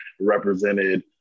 represented